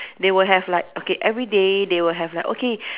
they will have like okay everyday they will have like okay